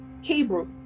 Hebrew